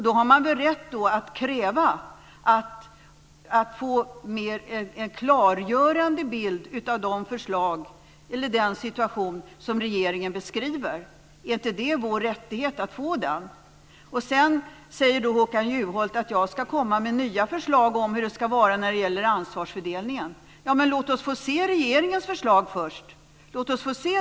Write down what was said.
Då har man väl rätt att kräva att få en mer klargörande bild av den situation som regeringen beskriver. Är inte det vår rättighet? Sedan sade Håkan Juholt att jag ska komma med nya förslag när det gäller ansvarsfördelningen. Men låt oss få se regeringens förslag först.